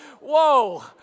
whoa